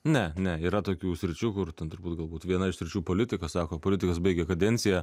ne ne yra tokių sričių kur ten turbūt galbūt viena iš sričių politika sako politikas baigia kadenciją